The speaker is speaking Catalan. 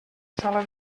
sala